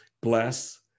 Bless